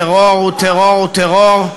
טרור הוא טרור הוא טרור.